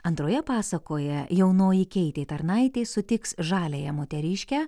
antroje pasakoje jaunoji keitė tarnaitė sutiks žaliąją moteriškę